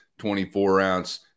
24-ounce